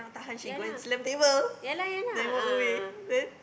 ya lah ya lah ya lah a'ah ah